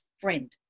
friend